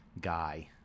guy